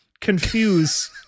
confuse